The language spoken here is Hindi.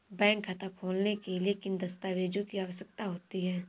बैंक खाता खोलने के लिए किन दस्तावेजों की आवश्यकता होती है?